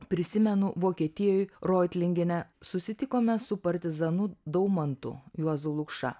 prisimenu vokietijoj reutlingene susitikome su partizanu daumantu juozu lukša